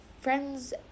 friends